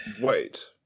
wait